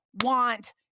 want